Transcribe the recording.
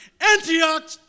Antioch